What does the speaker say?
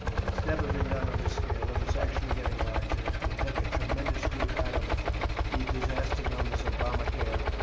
it's never been done on this scale, and it's actually getting larger. it's going to take a tremendous group out of the disaster known as obamacare.